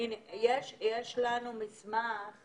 המסמך